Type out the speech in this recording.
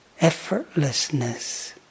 effortlessness